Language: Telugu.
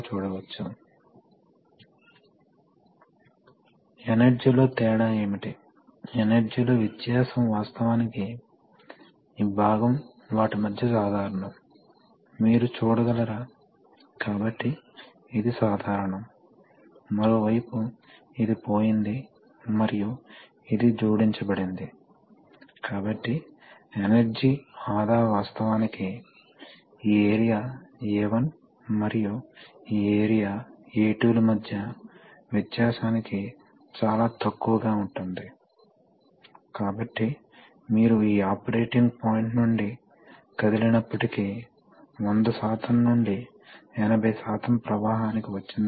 చివరకు షట్డౌన్ కోసం కంట్రోల్ మెకానిజమ్స్ ఉండాలి అలాగే డ్యూటీ సైకిల్ కంట్రోల్ కోసం డ్యూటీ సైకిల్ కంట్రోల్ అంటే ముఖ్యంగా స్ట్రోక్ లెంగ్త్ కంట్రోల్ మరియు మీరు ఎంత సమయం చేస్తున్నారో అంటే మీరు పిస్టన్ ను ఎంత త్వరగా ఆపరేట్ చేయబోతున్నారు కాబట్టి ఈ కంట్రోల్ పరికరాలన్నీ కంప్రెసర్ ను వాస్తవానికి ఆపరేట్ చేస్తాయి ఈ విధంగా కంప్రెసర్ గాలి యొక్క ప్రస్తుత అవసరాన్ని సాధ్యమైనంత ఉత్తమమైన శక్తి సామర్థ్యంతో తీర్చవచ్చు కాబట్టి కంప్రెసర్ గాలి సరఫరా చాలా అవసరం లేనప్పుడు కంప్రెసర్ అమలు చేయబడదు సాధారణంగా అమలు చేయదు